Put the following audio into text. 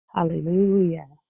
Hallelujah